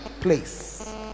place